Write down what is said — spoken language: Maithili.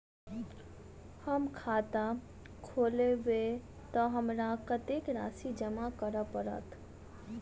हम खाता खोलेबै तऽ हमरा कत्तेक राशि जमा करऽ पड़त?